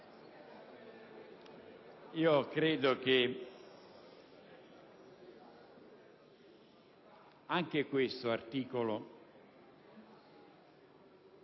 credo che anche questo articolo